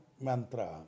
mantra